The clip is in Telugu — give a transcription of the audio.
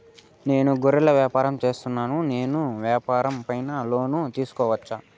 నేను గొర్రెలు వ్యాపారం సేస్తున్నాను, నేను వ్యాపారం పైన లోను తీసుకోవచ్చా?